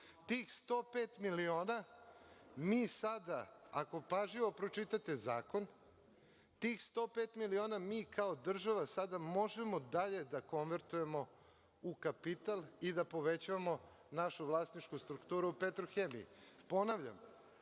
tih 105 miliona mi sada, ako pažljivo pročitate zakon, mi kao država sada možemo dalje da konvertujemo u kapital i da povećavamo našu vlasničku strukturu u „Petrohemiji“.Ponavljam,